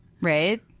Right